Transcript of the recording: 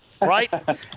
right